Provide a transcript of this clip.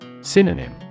Synonym